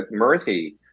Murthy